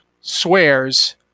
swears